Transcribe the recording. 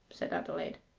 said adelaide.